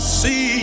see